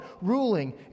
ruling